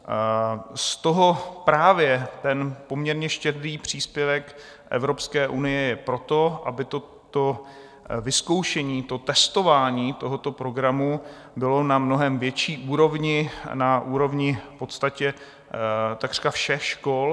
Z toho právě ten poměrně štědrý příspěvek Evropské unie je proto, aby toto vyzkoušení, testování tohoto programu bylo na mnohem větší úrovni, na úrovni v podstatě takřka všech škol.